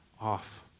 off